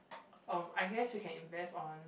um I guess we can invest on